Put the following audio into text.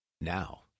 Now